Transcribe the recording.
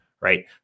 right